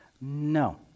No